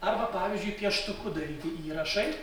arba pavyzdžiui pieštuku daryti įrašai